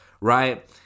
right